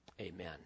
Amen